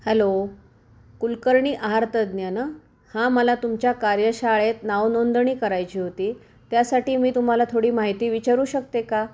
hello Kulkarni आहारतज्ज्ञ नं हां मला तुमच्या कार्यशाळेत नावनोंदणी करायची होती त्यासाठी मी तुम्हाला थोडी माहिती विचारू शकते का